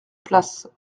place